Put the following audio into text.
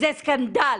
זה סקנדל.